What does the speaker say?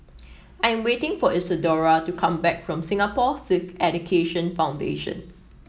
I am waiting for Isadora to come back from Singapore Sikh Education Foundation